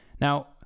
Now